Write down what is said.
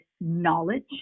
knowledge